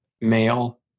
male